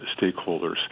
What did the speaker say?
stakeholders